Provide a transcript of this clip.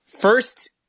first